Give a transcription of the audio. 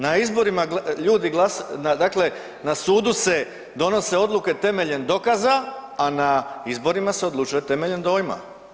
Na izborima ljudi, dakle na sudu se donose odluke temeljem dokaza, a na izborima se odlučuje temeljem dojma.